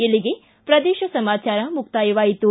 ಇಲ್ಲಿಗೆ ಪ್ರದೇಶ ಸಮಾಚಾರ ಮುಕ್ತಾಯವಾಯಿತು